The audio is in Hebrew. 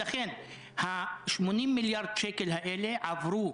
ולכן 80 מיליארד השקלים האלה עברו